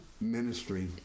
ministry